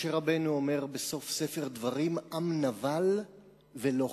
משה רבנו אומר בסוף ספר דברים: "עם נבל ולא חכם".